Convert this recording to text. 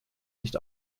nicht